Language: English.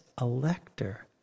elector